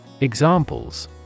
Examples